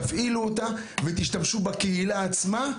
תפעילו אותה ותשתמשו בקהילה עצמה,